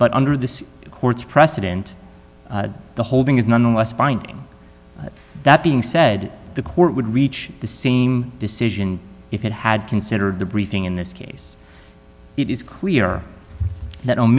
but under the court's precedent the holding is nonetheless binding that being said the court would reach the same decision if it had considered the briefing in this case it is clear that o